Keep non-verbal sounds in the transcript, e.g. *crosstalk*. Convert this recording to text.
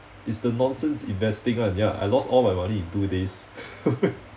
it's the nonsense investing ah ya I lost all my money in two days *laughs*